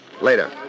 Later